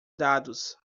dados